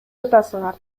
жатасыңар